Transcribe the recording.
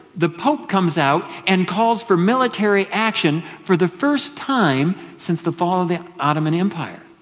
the pope comes out and calls for military action for the first time since the fall of the ottoman empire.